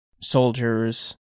soldiers